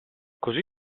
così